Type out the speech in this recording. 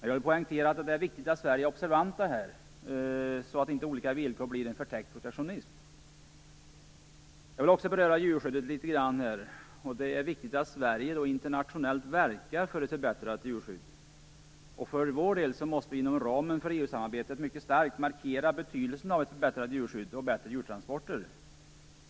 Jag vill poängtera att det är viktigt att vi från svensk sida är observanta i det här sammanhanget, så att inte olika villkor blir en förtäckt protektionism. Jag vill också något beröra djurskyddet. Det är viktigt att Sverige internationellt verkar för ett förbättrat djurskydd. För vår del måste vi inom ramen för EU-samarbetet mycket starkt markera betydelsen av ett förbättrat djurskydd och bättre djurtransporter.